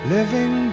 Living